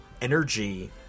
energy